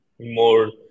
more